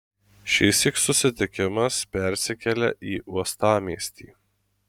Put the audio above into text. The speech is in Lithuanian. šįsyk susitikimas persikelia į uostamiestį